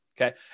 Okay